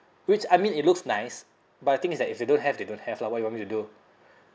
which I mean it looks nice but the thing is that if they don't have they don't have lah what you want me to do